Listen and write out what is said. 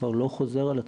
כבר לא חוזר על עצמו.